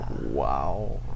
Wow